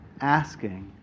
asking